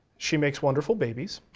she makes wonderful babies.